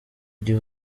gihe